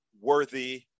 worthy